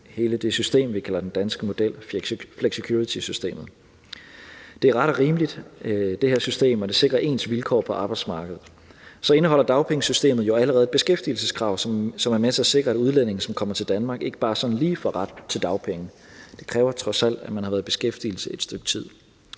i hele det system, vi kalder den danske model – flexicuritysystemet. Det system er ret og rimeligt, og det sikrer ens vilkår på arbejdsmarkedet. Så indeholder dagpengesystemet jo allerede et beskæftigelseskrav, som er med til at sikre, at udlændinge, som kommer til Danmark, ikke bare sådan lige får ret til dagpenge. Det kræver trods alt, at man har været i beskæftigelse i et stykke tid.